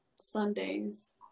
sundays